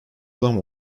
zam